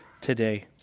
today